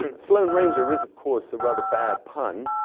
sloane ranger is, of course, a rather bad pun,